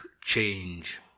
change